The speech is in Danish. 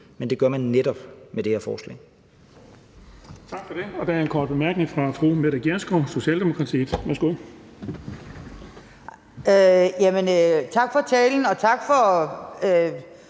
For det gør man netop med det her forslag.